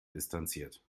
distanziert